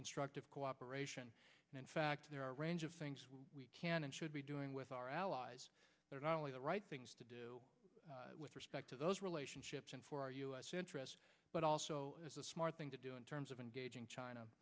constructive cooperation and in fact there are a range of things we can and should be doing with our allies that are not only the right things to do with respect to those relationships and for us interests but also is a smart thing to do in terms of engaging china